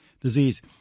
disease